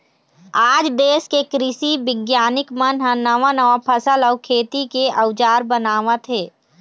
आज देश के कृषि बिग्यानिक मन ह नवा नवा फसल अउ खेती के अउजार बनावत हे